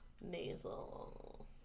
nasal